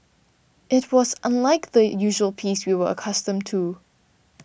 it was unlike the usual peace we were accustomed to